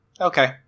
Okay